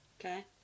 Okay